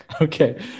Okay